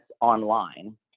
online